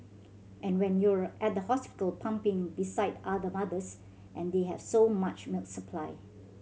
and when you're at the hospital pumping beside other mothers and they have so much milk supply